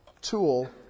tool